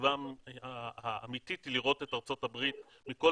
התקווה האמתית היא לראות את ארצות-הברית מכל